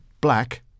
black